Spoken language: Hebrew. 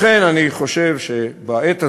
לכן אני חושב שבעת הזאת,